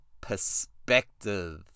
Perspective